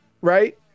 right